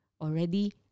already